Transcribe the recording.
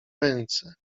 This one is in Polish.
ręce